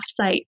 offsite